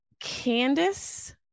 Candice